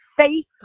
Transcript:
faith